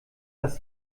dass